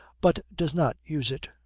but does not use it.